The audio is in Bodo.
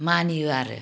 मानियो आरो